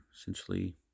essentially